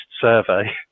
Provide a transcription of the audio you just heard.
survey